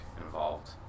involved